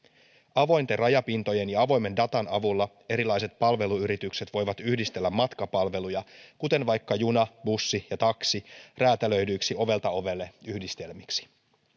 avointen rajapintojen ja avoimen datan avulla erilaiset palveluyritykset voivat yhdistellä matkapalveluja kuten vaikka junan bussin ja taksin räätälöidyiksi ovelta ovelle yhdistelmiksi